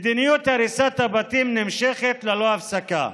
מדיניות הריסת הבתים נמשכת ללא הפסקה,